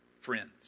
friends